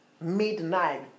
midnight